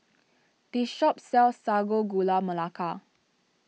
this shop sells Sago Gula Melaka